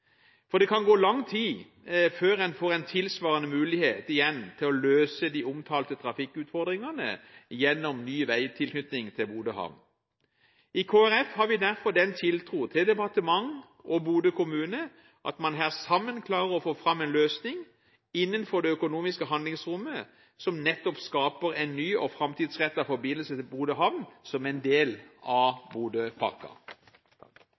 Det kan gå lang tid før en får en tilsvarende mulighet til å løse de omtalte trafikkutfordringene gjennom ny veitilknytning til Bodø havn. I Kristelig Folkeparti har vi derfor tiltro til at departementet og Bodø kommune sammen klarer å komme fram til en løsning innenfor det økonomiske handlingsrommet som nettopp skaper en ny og framtidsrettet forbindelse til Bodø havn, som en del av